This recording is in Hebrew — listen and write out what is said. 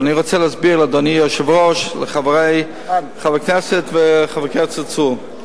ואני רוצה להסביר לאדוני היושב-ראש ולחברי הכנסת ולחבר הכנסת צרצור: